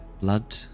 blood